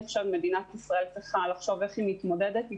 מדינת ישראל צריכה לחשוב איך היא מתמודדת איתו,